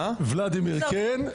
ולדימיר כן.